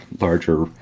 larger